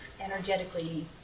energetically